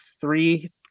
three